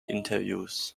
interviews